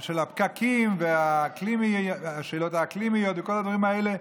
של הפקקים ולשאלות האקלימיות ולכל הדברים האלה,